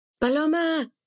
Paloma